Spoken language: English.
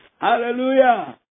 Hallelujah